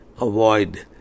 avoid